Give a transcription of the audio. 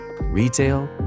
Retail